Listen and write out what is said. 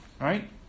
Right